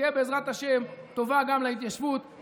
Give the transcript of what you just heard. שתהיה בעזרת השם טובה גם להתיישבות.